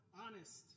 honest